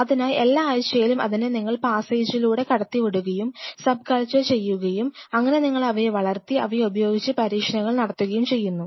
അതിനായി എല്ലാ ആഴ്ചയിലും അതിനെ നിങ്ങൾ പാസ്സേജിലൂടെ കടത്തിവിടുകയും സബ് കൾച്ചർ ചെയ്യുകയും അങ്ങനെ നിങ്ങൾ അവയെ വളർത്തി അവയെ ഉപയോഗിച്ച് പരീക്ഷണങ്ങൾ നടത്തുകയും ചെയ്യുന്നു